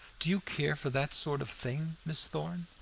do you care for that sort of thing, miss thorn?